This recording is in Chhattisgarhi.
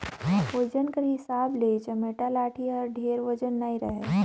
ओजन कर हिसाब ले चमेटा लाठी हर ढेर ओजन नी रहें